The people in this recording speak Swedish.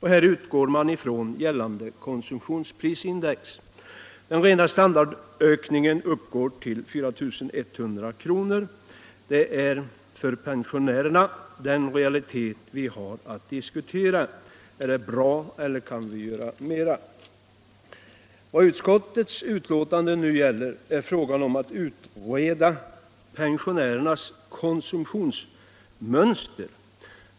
Här utgår man ifrån gällande konsumtionsprisindex. Den rena standardökningen uppgår till 4 100 kr. Det är den realitet vi har att diskutera när det gäller pensionärerna. Är det bra eller kan vi göra mera? Vad utskottets betänkande nu gäller är förslaget att utreda pensionärernas konsumtionsmönster.